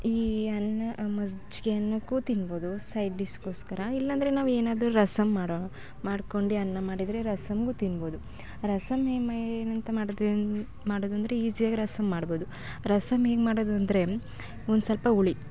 ಈ ಅನ್ನ ಮಜ್ಜಿಗೆ ಅನ್ನಕ್ಕೂ ತಿನ್ಬೋದು ಸೈಡ್ ಡಿಸ್ಗೋಸ್ಕರ ಇಲ್ಲಾಂದರೆ ನಾವೇನಾದರೂ ರಸಮ್ ಮಾಡೋ ಮಾಡ್ಕೊಂಡು ಅನ್ನ ಮಾಡಿದರೆ ರಸಮ್ಗೂ ತಿನ್ಬೋದು ರಸಮ್ ಏನಂತ ಮಾಡಿದೆ ಮಾಡೋದು ಅಂದ್ರೆ ಈಝಿಯಾಗಿ ರಸಮ್ ಮಾಡ್ಬೋದು ರಸಮ್ ಹೇಗೆ ಮಾಡೋದು ಅಂದರೆ ಒಂದು ಸ್ವಲ್ಪ ಹುಳಿ